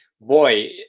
boy